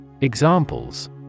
Examples